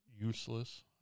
useless